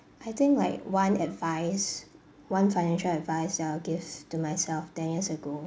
I think like one advice one financial advise that I'll give to myself ten years ago